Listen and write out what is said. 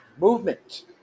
movement